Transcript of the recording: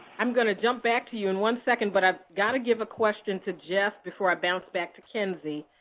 i'm going to jump back to you in one second, but i've got to give a question to jeff before i bounce back to kenzie.